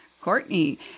Courtney